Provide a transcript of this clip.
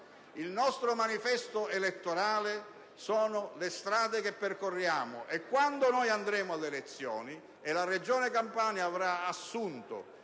Il nostro manifesto elettorale sono le strade che percorriamo e, quando ci saranno le elezioni e la Regione Campania avrà assunto